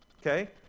Okay